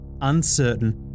uncertain